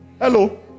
Hello